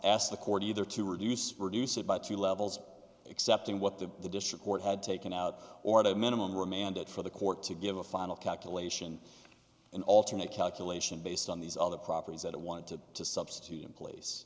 ask the court either to reduce reduce it by two levels accepting what the the district court had taken out or at a minimum remand it for the court to give a final calculation and alternate calculation based on these other properties that it wanted to to substitute in place